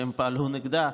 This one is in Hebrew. שהם פעלו נגדה,